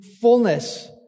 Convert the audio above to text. fullness